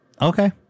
Okay